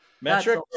Metric